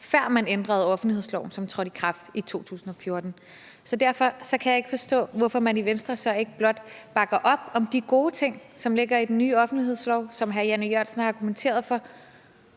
før man ændrede offentlighedsloven, som trådte i kraft i 2014, så derfor kan jeg ikke forstå, hvorfor man i Venstre så ikke blot bakker op om de gode ting, som ligger i den nye offentlighedslov, som hr. Jan E. Jørgensen har argumenteret for,